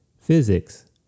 physics